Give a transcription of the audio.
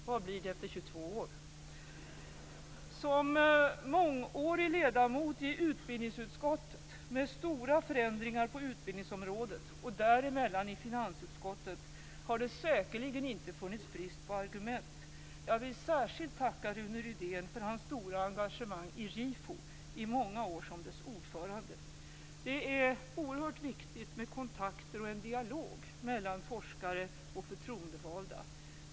Vad blir det efter Som mångårig ledamot i utbildningsutskottet med stora förändringar på utbildningsområdet, och däremellan i finansutskottet, har det säkerligen inte funnits brist på argument. Jag vill särskilt tacka Rune Rydén för hans stora engagemang i RIFO, i många år som dess ordförande. Det är oerhört viktigt med kontakter och en dialog mellan forskare och förtroendevalda.